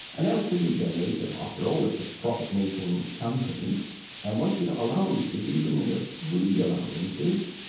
an electricity generator after all, it's a profit-making company and once you've got allowances, even the free allowances,